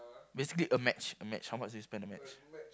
basically a match a match how much do you spend a match